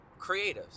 creatives